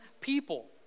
people